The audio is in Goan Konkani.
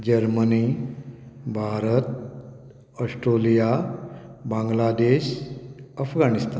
Germany Bharat Australia Bangladesh Afghanistan